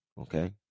Okay